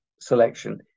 selection